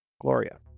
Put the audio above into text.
Gloria